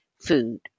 food